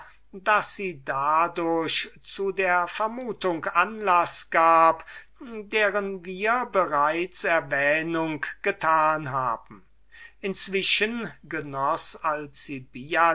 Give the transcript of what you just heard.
daß sie dadurch zu der vermutung anlaß gab deren wir bereits erwähnung getan haben inzwischen genoß